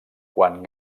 quan